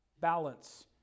balance